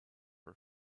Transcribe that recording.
her